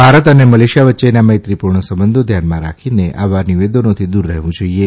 ભારત અને મલેશિયા વચ્ચેના મૈત્રીપૂર્ણ સંબંધો ધ્યાનમાં રાખીને આવા નિવેદનોથી દૂર રહેવું જોઇએ